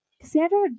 Cassandra